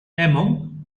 among